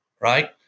right